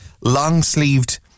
long-sleeved